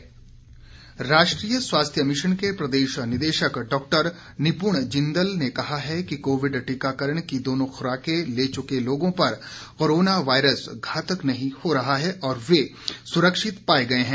Covid खुराक राष्ट्रीय स्वास्थ्य मिशन के प्रदेश निदेशक डॉ निपुण जिन्दल ने कहा है कि कोविड टीकाकरण की दोनों खुराकें ले चुके लोगों पर कोरोना वायरस घातक नहीं हो रहा है और वे सुरक्षित पाए गए हैं